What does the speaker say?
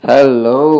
Hello